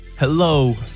Hello